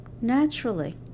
naturally